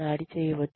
దాడి చేయవద్దు